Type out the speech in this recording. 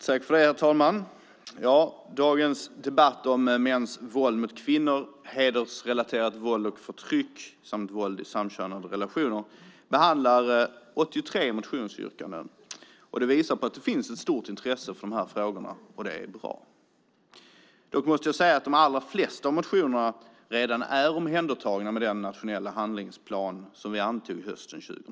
Herr talman! Detta betänkande om mäns våld mot kvinnor, hedersrelaterat våld och förtryck samt våld i samkönade relationer behandlar 83 motionsyrkanden. Det visar att det finns ett stort intresse för de här frågorna. Det är bra. Dock måste jag säga att de allra flesta motionerna redan är omhändertagna genom den nationella handlingsplan som vi antog hösten 2007.